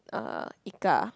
uh Ika